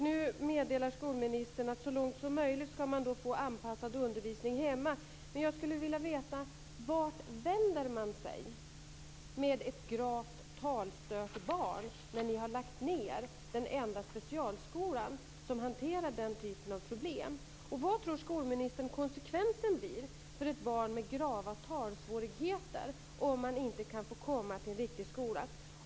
Nu meddelar skolministern att så långt som möjligt ska man få anpassad undervisning hemma, men jag skulle vilja veta: Vart vänder man sig med ett gravt talstört barn, när ni i majoriteten har lagt ned den enda specialskola som hanterat den typen av problem? Och vad tror skolministern konsekvensen blir för ett barn med grava talsvårigheter om det inte kan få komma till en riktig skola?